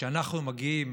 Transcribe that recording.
כשאנחנו מגיעים